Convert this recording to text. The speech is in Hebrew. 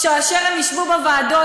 כאשר הם ישבו בוועדות,